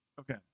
Okay